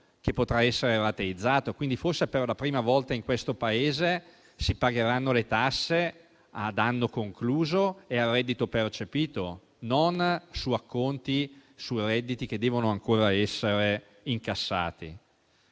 che potrà essere rateizzato. Forse, per la prima volta in questo Paese, si pagheranno le tasse ad anno concluso e a reddito percepito e non su acconti e redditi che devono ancora essere incassati.